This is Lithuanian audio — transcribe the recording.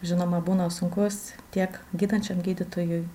žinoma būna sunkus tiek gydančiam gydytojui